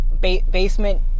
basement